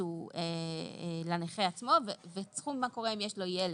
שהוא לנכה עצמו וסכום כאשר יש לו ילד.